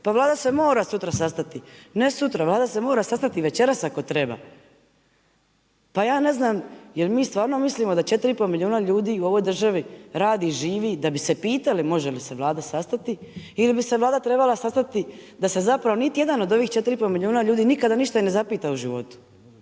Pa Vlada se mora sutra sastati. Ne sutra, Vlada se mora sastati večeras ako treba. Pa ja ne znam, je li mi stvarno mislimo da 4,5 milijuna ljudi u ovoj državi radi i živi da bi se pitali može li se Vlada sastati ili bi se Vlada morala sastati da se zapravo niti jedan od ovih 4,5 milijuna ljudi nikada ništa ne zapita u životu.